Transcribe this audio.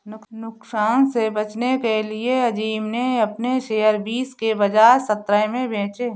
नुकसान से बचने के लिए अज़ीम ने अपने शेयर बीस के बजाए सत्रह में बेचे